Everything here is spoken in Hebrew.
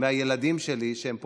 מהילדים שלי שהם פוחדים,